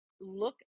look